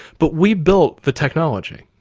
but we built the technology,